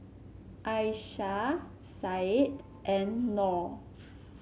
Aisyah Syed and Nor